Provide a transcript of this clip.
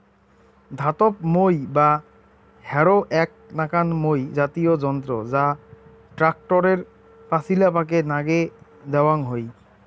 ধাতব মই বা হ্যারো এ্যাক নাকান মই জাতীয় যন্ত্র যা ট্যাক্টরের পাচিলাপাকে নাগে দ্যাওয়াং হই